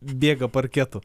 bėga parketu